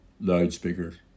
loudspeakers